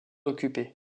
occupés